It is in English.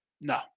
No